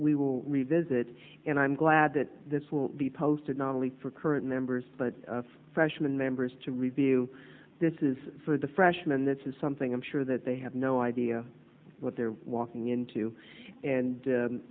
we will revisit and i'm glad that this will be posted not only for current members but freshman members to review this is for the freshmen this is something i'm sure that they have no idea what they're walking into and